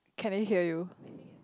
can I hear you